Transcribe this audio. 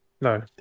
No